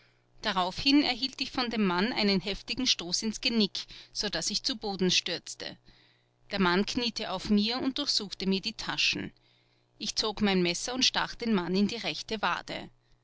daraufhin erhielt ich von dem mann einen heftigen stoß ins genick so daß ich zu boden stürzte der mann kniete auf mir und durchsuchte mir die taschen ich zog mein messer und stach den mann in die rechte wade